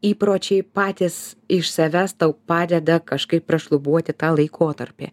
įpročiai patys iš savęs tau padeda kažkaip prašlubuoti tą laikotarpį